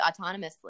autonomously